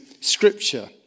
scripture